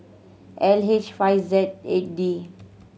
L H five Z eight D